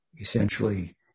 essentially